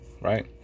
right